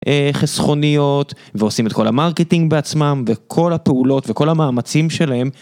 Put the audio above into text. חסכוניות ועושים את כל המרקיטינג בעצמם וכל הפעולות וכל המאמצים שלהם.